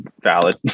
valid